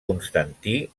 constantí